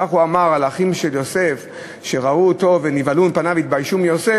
כך הוא אמר על האחים של יוסף שראו אותו ונבהלו מפניו והתביישו ממנו.